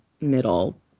middle